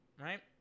right